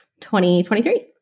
2023